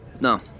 No